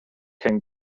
can